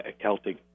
Celtic